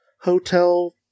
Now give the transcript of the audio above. hotel